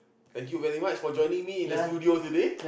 thank you very much for joining me in the studio today